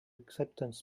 acceptance